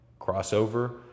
crossover